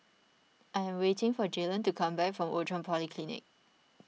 I am waiting for Jalen to come back from Outram Polyclinic